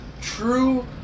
true